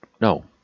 no